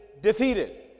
defeated